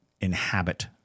inhabit